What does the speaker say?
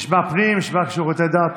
נשמע פנים, נשמע שירותי דת.